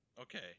okay